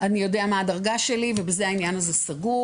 אני יודע מה הדרגה שלי ובזה העניין הזה סגור.